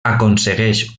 aconsegueix